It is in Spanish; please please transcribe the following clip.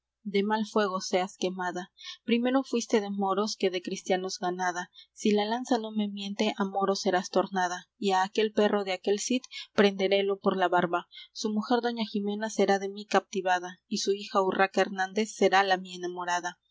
de mal fuego seas quemada primero fuíste de moros que de cristianos ganada si la lanza no me miente á moros serás tornada y á aquel perro de aquel cid prenderélo por la barba su mujer doña jimena será de mí captivada y su hija urraca hernández será la mi enamorada